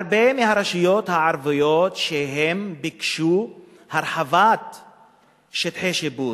הרבה מהרשויות הערביות שביקשו הרחבת שטחי שיפוט,